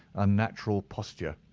unnatural posture.